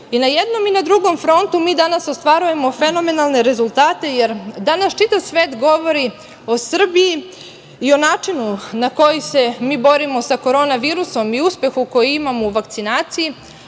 I na jednom i na drugom frontu mi danas ostvarujemo fenomenalne rezultate, jer danas čitav svet govori o Srbiji i o načinu na koji se mi borimo sa korona virusom i uspehu koji imamo u vakcinaciji,